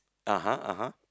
(uh huh) (uh huh)